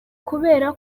kubera